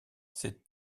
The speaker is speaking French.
c’est